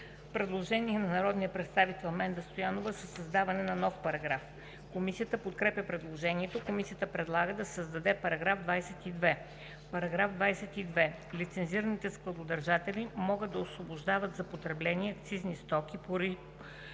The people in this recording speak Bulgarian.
предложение на народния представител Менда Стоянова за създаване на нов параграф. Комисията подкрепя предложението. Комисията предлага да се създаде § 22: „§ 22. Лицензираните складодържатели могат да освобождават за потребление акцизни стоки – пури